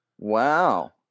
Wow